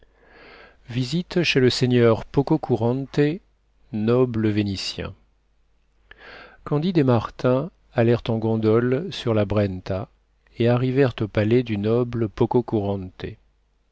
visite chez le seigneur pococurante noble vénitien candide et martin allèrent en gondole sur la brenta et arrivèrent au palais du noble